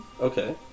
Okay